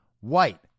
white